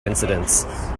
incidents